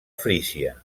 frísia